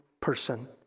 person